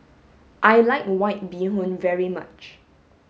I like white bee hoon very much